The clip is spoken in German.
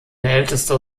ältester